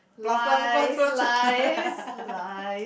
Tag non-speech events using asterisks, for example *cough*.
plus plus plus plus *laughs*